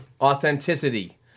Authenticity